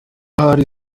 ari